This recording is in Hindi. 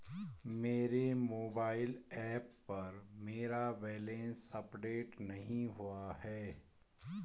मेरे मोबाइल ऐप पर मेरा बैलेंस अपडेट नहीं हुआ है